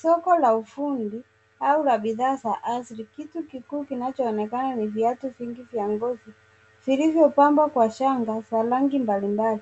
Soko la ufundi au la bidhaa za asili. Kitu kikuu kinachoonekana ni viatu vingi vya ngozi vilivyopambwa kwa shanga za rangi mbalimbali.